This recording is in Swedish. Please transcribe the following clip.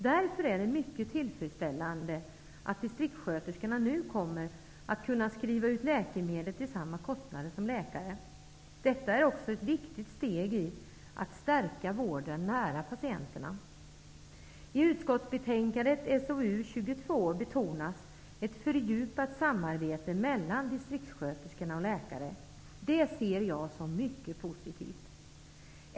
Därför är det mycket tillfredsställande att distriktssköterskorna nu kommer att kunna skriva ut läkemedel till samma kostnader som läkare. Detta är också ett viktigt steg i att stärka vården nära patienterna. I utskottsbetänkandet, SoU22, betonas ett fördjupat samarbete mellan distriktssköterskorna och läkare. Det ser jag som mycket positivt.